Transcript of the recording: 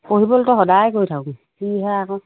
পঢ়িবলৈতো সদায় কৈ থাকোঁ সিহে আকৌ